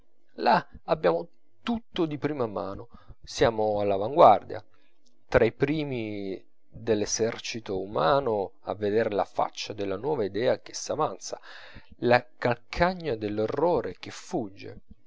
là abbiamo tutto di prima mano siamo all'avanguardia tra i primi dell'esercito umano a veder la faccia della nuova idea che s'avanza le calcagna dell'errore che fugge